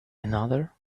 another